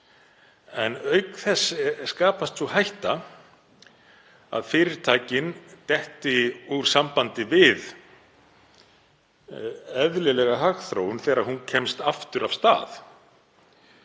Auk þess skapast sú hætta að fyrirtækin detti úr sambandi við eðlilega hagþróun þegar hún kemst aftur af stað.